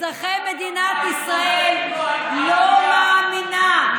אצלכם מדינת ישראל לא מאמינה,